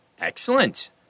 Excellent